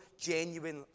genuine